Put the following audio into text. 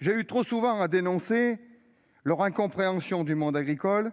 J'ai eu trop souvent à dénoncer leur incompréhension du monde agricole,